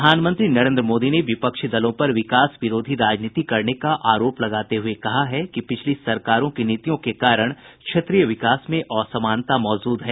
प्रधानमंत्री नरेन्द्र मोदी ने विपक्षी दलों पर विकास विरोधी राजनीति करने का आरोप लगाते हुये कहा है कि पिछली सरकारों की नीतियों के कारण क्षेत्रीय विकास में असमानता मौजूद है